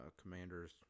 commanders